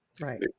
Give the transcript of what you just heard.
right